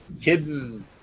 hidden